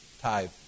Tithe